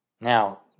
Now